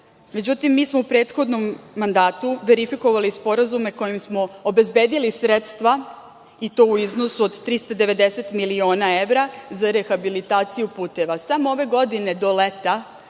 Međutim, mi smo u prethodnom mandatu verifikovali sporazume kojim smo obezbedili sredstva, i to u iznosu od 390 miliona evra, za rehabilitaciju puteva. Samo ove godine do leta